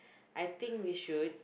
I think we should